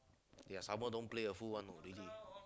ya summer don't play a fool one you know really